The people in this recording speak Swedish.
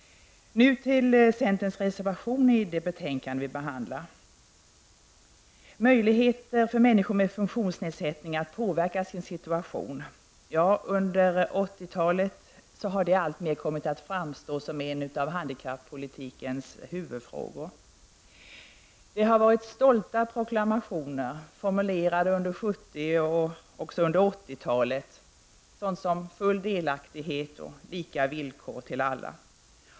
Nu till centerns reservation i det betänkande vi behandlar. Möjligheter för människor med funktionsnedsättning att påverka sin situation -- under 1980-talet har det alltmer kommit att framstå som en av handikappolitikens huvudfrågor. Det har gjorts stolta proklamationer, formulerade under 1970 och även under 1980-talet, såsom full delaktighet och lika villkor för alla.